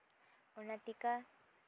ᱚᱱᱟ ᱴᱤᱠᱟ